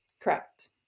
Correct